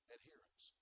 Adherence